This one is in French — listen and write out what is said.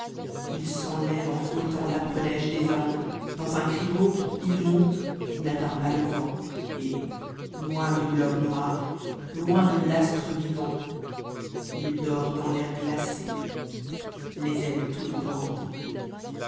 pelé h s'enlève en fouettant l'âpre neige des andes dans un cri rauque il monte où n'atteint pas le vent et loin du globe noir loin de l'astre vivant ït dort dans l'air g acé les ahcs toutes grandes